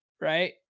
right